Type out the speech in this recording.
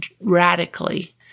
radically